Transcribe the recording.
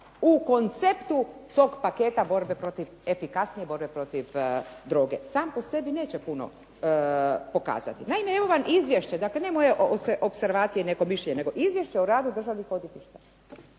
u konceptu tog paketa borbe protiv efikasnije borbe protiv droge. Sam po sebi neće puno pokazati. Naime, evo vam izvješće, ne moje opservacije i mišljenje, nego izvješće o radu Državnih odvjetništava,